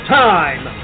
time